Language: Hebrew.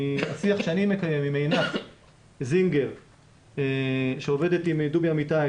מהשיח שאני מקיים עם עינת זינגר שעובדת עם דובי אמיתי,